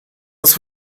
los